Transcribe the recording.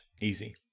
Easy